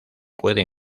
puede